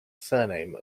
surname